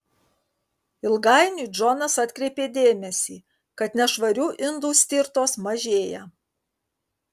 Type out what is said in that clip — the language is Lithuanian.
ilgainiui džonas atkreipė dėmesį kad nešvarių indų stirtos mažėja